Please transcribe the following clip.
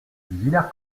villers